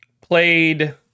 played